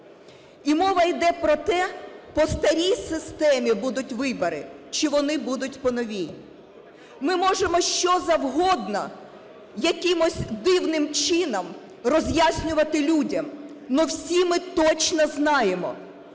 І мова йде про те: по старій системі будуть вибори чи вони будуть по новій. Ми можемо що завгодно якимось дивним чином роз'яснювати людям, но всі ми точно знаємо,